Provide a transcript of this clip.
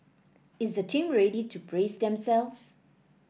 is the team ready to brace themselves